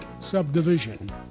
subdivision